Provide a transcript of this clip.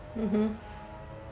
mmhmm